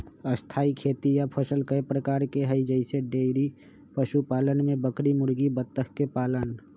स्थाई खेती या फसल कय प्रकार के हई जईसे डेइरी पशुपालन में बकरी मुर्गी बत्तख के पालन